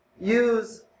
use